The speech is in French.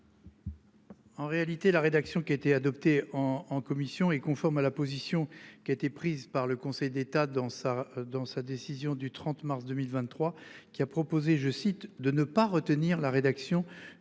En réalité la rédaction qui a été adopté en commission est conforme à la position qui a été prise par le Conseil d'État dans sa dans sa décision du 30 mars 2023 qui a proposé, je cite, de ne pas retenir la rédaction du